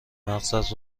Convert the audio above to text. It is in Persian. مغزت